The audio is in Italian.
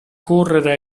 correre